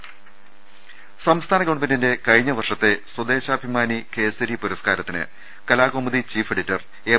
രദ്ദേഷ്ടങ സംസ്ഥാന ഗവൺമെന്റിന്റെ കഴിഞ്ഞ വർഷത്തെ Swadeshabhimani Kesari പുരസ്കാരത്തിന് കലാകൌമുദി ചീഫ് എഡിറ്റർ എം